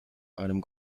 einem